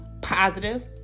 positive